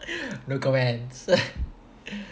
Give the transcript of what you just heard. no comments